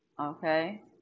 Okay